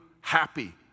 happy